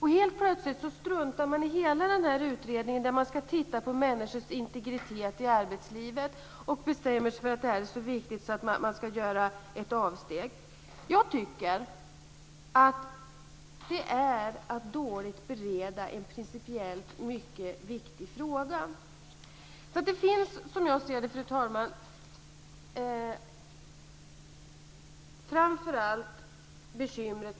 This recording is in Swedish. Helt plötsligt struntar man i hela den här utredningen, som ska titta på människors integritet i arbetslivet, och bestämmer sig för att det här är så viktigt att man ska göra ett avsteg. Jag tycker att det är att dåligt bereda en principiellt mycket viktig fråga. Som jag ser det, fru talman, finns det framför allt ett bekymmer.